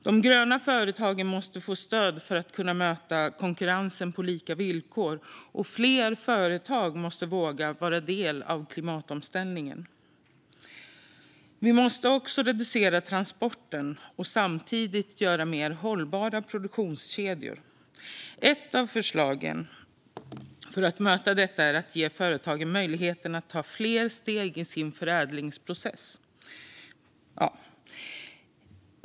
De gröna företagen måste få stöd för att kunna möta konkurrensen på lika villkor, och fler företag måste våga vara en del av klimatomställningen. Vi måste också reducera transporterna och samtidigt göra mer hållbara produktionskedjor. Ett av förslagen för att möta detta är att ge företagen möjlighet att ta fler steg i sin förädlingsprocess.